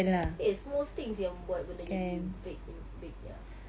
eh small thing seh yang buat benda jadi great and big ya